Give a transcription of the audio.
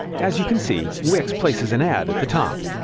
as you can see, wix places an ad at the top.